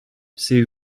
c’est